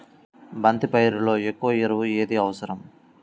బంతి పైరులో ఎక్కువ ఎరువు ఏది అవసరం?